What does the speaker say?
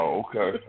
okay